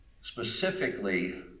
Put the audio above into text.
specifically